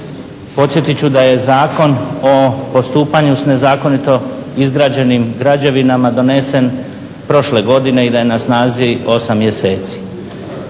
Podsjetit ću da je Zakon o postupanju s nezakonito izgrađenim građevinama donesen i da je na snazi 8 mjeseci.